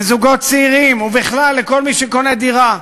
לזוגות צעירים ובכלל לכל מי שקונה דירה.